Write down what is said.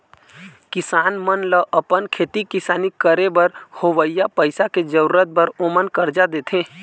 किसान मन ल अपन खेती किसानी करे बर होवइया पइसा के जरुरत बर ओमन करजा देथे